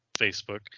facebook